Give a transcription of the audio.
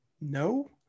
No